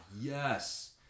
yes